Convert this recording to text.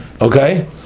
Okay